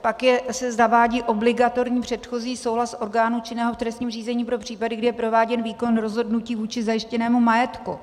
Pak se zavádí obligatorní předchozí souhlas orgánu činného v trestním řízení pro případ, kdy je prováděn výkon rozhodnutí vůči zajištěnému majetku.